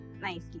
nicely